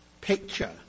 picture